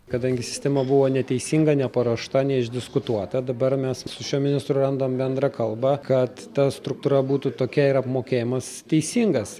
kadangi sistema buvo neteisinga neparuošta neišdiskutuota dabar mes su šiuo ministru randam bendrą kalbą kad ta struktūra būtų tokia ir apmokėjimas teisingas